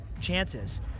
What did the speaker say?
chances